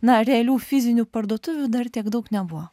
na realių fizinių parduotuvių dar tiek daug nebuvo